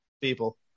people